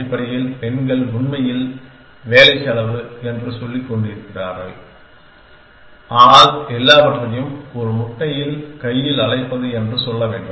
அடிப்படையில் பெண்கள் உண்மையில் வேலை செலவு என்று சொல்லிக்கொண்டிருந்தார்கள் ஆனால் எல்லாவற்றையும் ஒரு முட்டையில் கையில் அழைப்பது என்று சொல்ல வேண்டும்